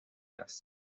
است